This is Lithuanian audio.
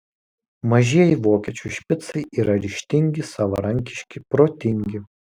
mažieji vokiečių špicai yra ryžtingi savarankiški protingi